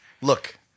Look